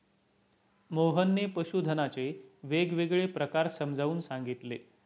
मोहनने पशुधनाचे वेगवेगळे प्रकार समजावून सांगितले